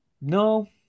No